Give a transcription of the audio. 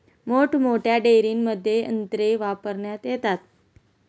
मोठमोठ्या डेअरींमध्ये यंत्रे वापरण्यात येतात